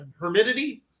hermitity